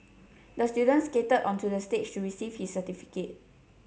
the student skated onto the stage to receive his certificate